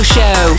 Show